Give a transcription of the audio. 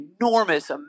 enormous